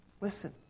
Listen